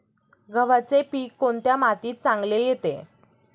गव्हाचे पीक कोणत्या मातीत चांगले येते?